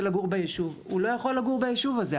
לגור בישוב הוא לא יכול לגור בישוב הזה.